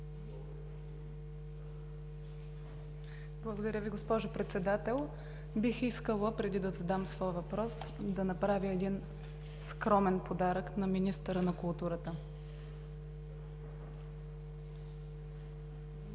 Благодаря Ви, госпожо Председател. Бих искала, преди да задам своя въпрос, да направя един скромен подарък на министъра на културата. (Подарява му чаша.)